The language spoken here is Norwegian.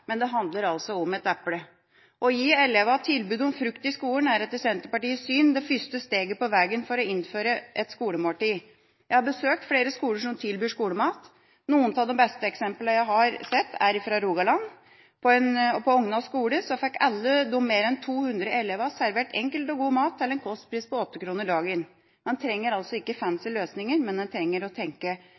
men det handler altså om et eple. Å gi elevene tilbud om frukt i skolen er etter Senterpartiets syn det første steget på veien til å innføre et skolemåltid. Jeg har besøkt flere skoler som tilbyr skolemat. Noen av de beste eksemplene jeg har sett, er fra Rogaland. På Ogna skole fikk alle, mer enn 200 elever, servert enkel og god mat til en kostpris på 8 kr per dag. Man trenger altså ikke fancy løsninger, men man trenger å tenke